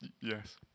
yes